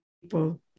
people